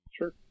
Sure